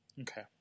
Okay